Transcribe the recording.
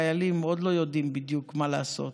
חיילים עוד לא יודעים בדיוק מה לעשות.